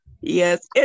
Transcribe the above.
Yes